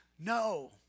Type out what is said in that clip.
No